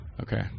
Okay